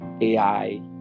AI